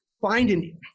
finding